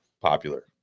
popular